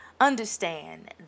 Understand